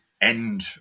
end